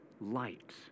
light